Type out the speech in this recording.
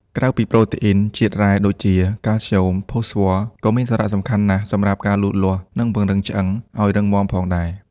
ក្រៅពីប្រូតេអ៊ីន ជាតិរ៉ែដូចជា កាល់ស្យូម និងផូស្វ័រ ក៏មានសារៈសំខាន់ណាស់សម្រាប់ការលូតលាស់ និងពង្រឹង ឆ្អឹង ឱ្យរឹងមាំផងដែរ។